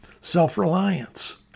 self-reliance